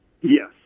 yes